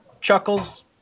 chuckles